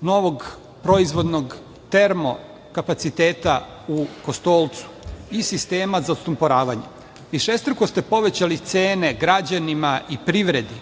novog proizvodnog termo kapaciteta u Kostolcu i sistema za odsumporavanje. Višestruko ste povećali cene građanima i privredi,